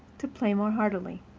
to play more heartily.